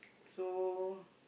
so